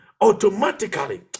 automatically